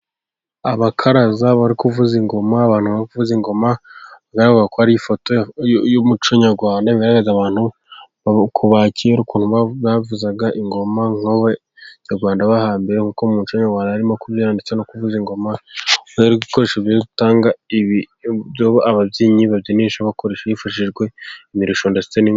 Abakaraza bari kuvuza ingoma . Abantu bavuza ingoma bigaragarako ari ifoto y'umuco nyarwanda bereka abantu ukuntu bavuzaga ingoma nkabarwanda bahambere, kuko muco wawe arimo kubara ndetse no kuvuza ingoma ibikoresho bi utanga ababyinnyi babyinisha ba hifashijwe imirisho ndetse n'indi